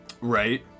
right